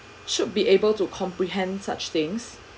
should be able to comprehend such things